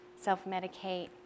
self-medicate